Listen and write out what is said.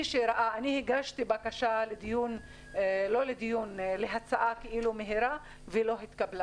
אני הגשתי בקשה לדיון מהיר ולא התקבלה.